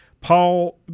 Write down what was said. Paul